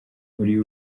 muri